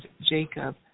Jacob